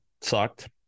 sucked